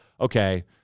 okay